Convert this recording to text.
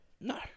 No